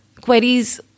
Queries